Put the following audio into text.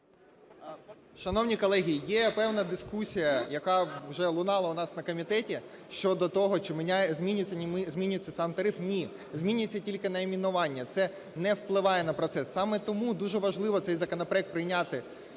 Шановні колеги, є певна дискусія, яка вже лунала у нас на комітеті, щодо того, чи змінюється сам тариф. Ні, змінюється тільки найменування, це не впливає на процес. Саме тому дуже важливо цей законопроект прийняти